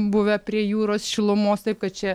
buvę prie jūros šilumos taip kad čia